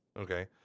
okay